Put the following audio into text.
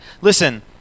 listen